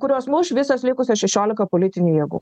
kuriuos muš visos likusios šešiolika politinių jėgų